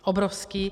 Obrovský.